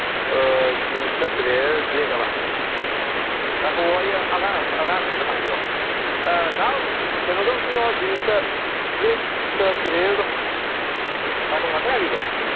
ꯖꯤꯟꯁꯇ parallel black ꯑꯕ ꯉꯥꯏꯈꯨꯋꯣ ꯑꯩ ꯑꯉꯥꯡ ꯑꯝꯗ ꯍꯪꯉꯛꯀꯦꯀꯣ ꯅꯥꯎ ꯀꯩꯅꯣꯗꯣ ꯑꯝꯇ ꯌꯦꯡꯉꯛꯑꯣ ꯖꯤꯟꯁꯇ ꯕ꯭ꯂꯦꯛꯇ ꯄꯦꯔꯦꯂꯦꯜꯗꯣ ꯉꯥꯏꯈꯣ ꯉꯥꯇꯪ ꯉꯥꯏꯕꯤꯌꯨꯀꯣ